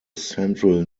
central